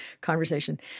conversation